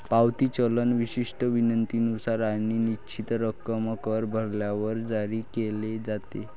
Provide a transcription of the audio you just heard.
पावती चलन विशिष्ट विनंतीनुसार आणि निश्चित रक्कम कर भरल्यावर जारी केले जाते